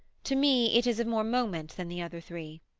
to me it is of more moment than the other three.